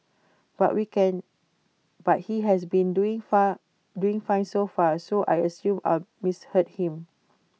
but we can but he has been doing far doing fine so far so I assumed I'd misheard him